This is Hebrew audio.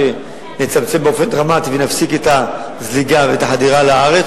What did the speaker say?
שנצמצם באופן דרמטי ונפסיק את הזליגה ואת החדירה לארץ,